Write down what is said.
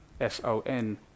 S-O-N